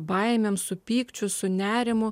baimėm su pykčiu su nerimu